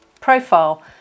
profile